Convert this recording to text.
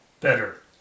better